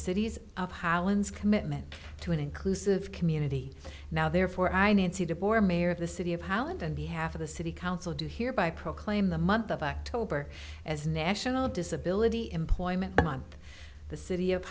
cities of holland's commitment to an inclusive community now therefore i nancy de boer mayor of the city of holland and the half of the city council do hereby proclaim the month of october as national disability employment on the city of